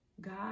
God